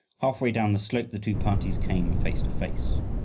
half-way down the slope the two parties came face to face.